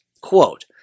Quote